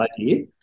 idea